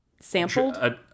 Sampled